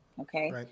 okay